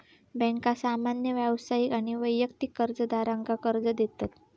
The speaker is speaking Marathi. बँका सामान्य व्यावसायिक आणि वैयक्तिक कर्जदारांका कर्ज देतत